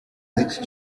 z’iki